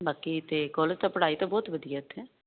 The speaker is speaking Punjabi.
ਬਾਕੀ ਤੇ ਕੋਲ ਤਾਂ ਪੜਾਈ ਤਾਂ ਬਹੁਤ ਵਧੀਆ ਇਥੇ